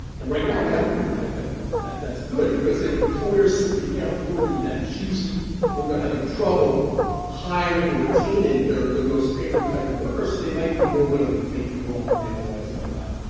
and right now we have a pretty tight labor market. that's good because you know employers simply can't afford to be that choosy when they're having trouble hiring and retaining their most favorite type of worker, so they might be more willing to take people on who they otherwise might not.